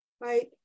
right